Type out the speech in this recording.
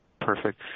Perfect